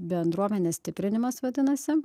bendruomenės stiprinimas vadinasi